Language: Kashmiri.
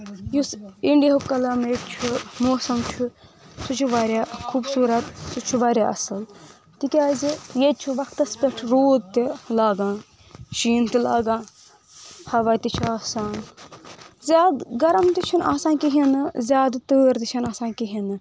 یُس انڈیہُک کلایمیٹ چھُ موسم چھُ سُہ چھُ واریاہ خوٗبصوٗرت سُہ چھُ واریاہ اصل تِکیٛازِ ییٚتہِ چھُ وقتس پٮ۪ٹھ روٗد تہِ لاگان شیٖن تہِ لاگان ہوا تہِ چھُ آسان زیادٕ گرم تہِ چھُنہٕ آسان کہیٖنۍ نہٕ زیادٕ تۭر تہِ چھنہٕ آسان کہیٖنۍ نہٕ